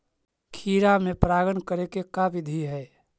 खिरा मे परागण करे के का बिधि है?